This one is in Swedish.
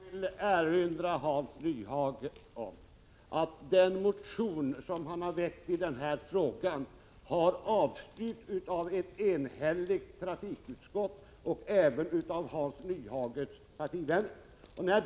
Herr talman! Jag vill erinra Hans Nyhage om att den motion han väckt i denna fråga har avstyrkts av ett enhälligt trafikutskott, även av Hans Nyhages partivänner.